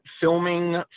filming